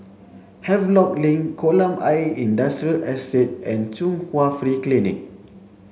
Havelock Link Kolam Ayer Industrial Estate and Chung Hwa Free Clinic